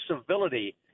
civility